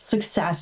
success